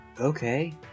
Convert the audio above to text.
okay